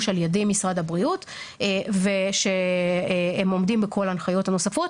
על ידי משרד הבריאות ושהם עומדים בכל ההנחיות הנוספות,